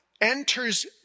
enters